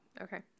Okay